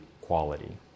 quality